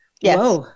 yes